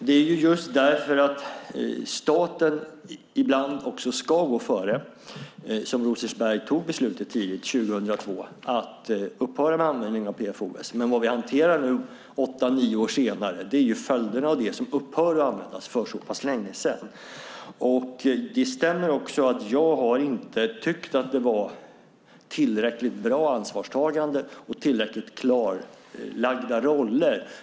Det är just därför att staten ibland också ska gå före som Rosersberg tog beslutet tidigt 2002 att upphöra med användning av PFOS, men vad vi hanterar nu åtta nio år senare är följderna av det som upphörde att användas för så pass länge sedan. Det stämmer också att jag inte har tyckt att det var tillräckligt bra ansvarstagande och tillräckligt klarlagda roller.